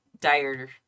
dire